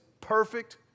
perfect